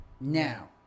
now